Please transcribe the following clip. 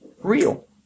real